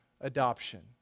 adoption